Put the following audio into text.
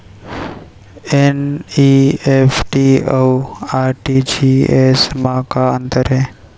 NEFT अऊ RTGS मा का अंतर हे?